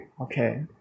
okay